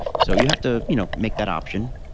so you have to you know make that option.